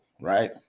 right